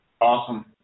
Awesome